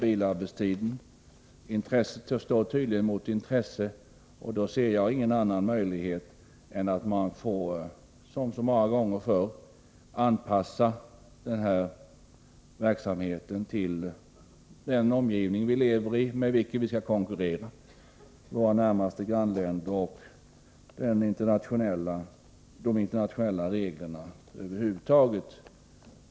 Intresse står tydligen mot intresse, och då ser jag ingen annan möjlighet än att man får, som så många gånger förr, anpassa verksamheten till den omgivning man lever i och där man skall konkurrera. Jag syftar på vad som gäller i våra närmaste grannländer men även på de internationella reglerna över huvud taget.